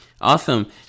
Awesome